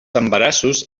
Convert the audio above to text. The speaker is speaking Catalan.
embarassos